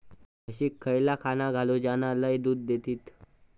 म्हशीक खयला खाणा घालू ज्याना लय दूध देतीत?